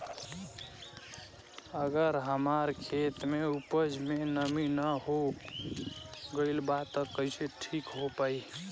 अगर हमार खेत में उपज में नमी न हो गइल बा त कइसे ठीक हो पाई?